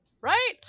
right